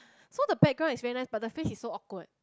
so the background is very nice but the face is so awkward